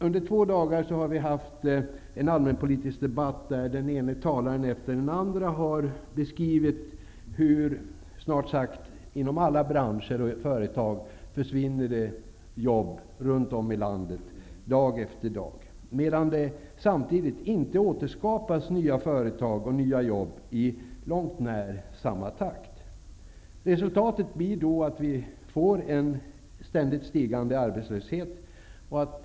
Under två dagar av allmänpolitisk debatt har den ena talaren efter den andra beskrivit hur jobb försvinner dag för dag inom snart sagt alla branscher och företag runt om i landet, samtidigt som det inte på långt när återskapas nya företag och nya jobb i samma takt. Resultatet blir en ständigt stigande arbetslöshet.